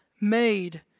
made